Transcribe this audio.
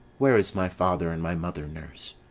where is my father and my mother, nurse?